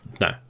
No